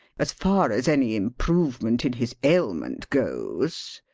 as far as any improvement in his ailment goes.